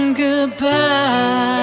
goodbye